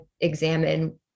examine